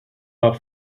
are